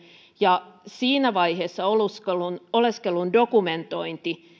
ja siinä vaiheessa oleskelun oleskelun dokumentointi